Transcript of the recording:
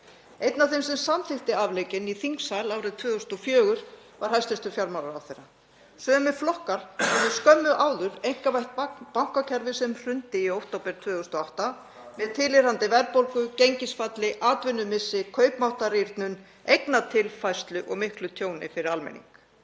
Einn af þeim sem samþykkti afleikinn í þingsal árið 2004 var hæstv. fjármálaráðherra. Sömu flokkar höfðu skömmu áður einkavætt bankakerfið sem hrundi í október 2008 með tilheyrandi verðbólgu, gengisfalli, atvinnumissi, kaupmáttarrýrnun, eignatilfærslu og miklu tjóni fyrir almenning.